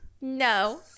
No